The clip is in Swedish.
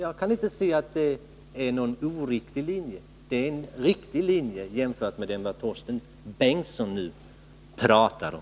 Jag kan inte se att det är någon oriktig linje. Det är en riktig linje, bättre än den som Torsten Bengtson talar om.